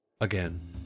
again